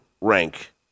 rank